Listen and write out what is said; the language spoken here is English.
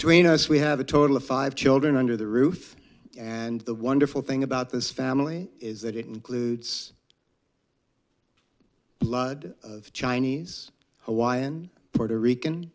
between us we have a total of five children under the roof and the wonderful thing about this family is that it includes blood of chinese hawaiian puerto rican